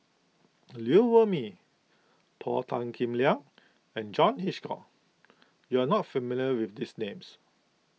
Liew Wee Mee Paul Tan Kim Liang and John Hitchcock you are not familiar with these names